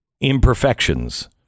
imperfections